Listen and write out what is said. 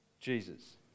jesus